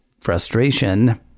frustration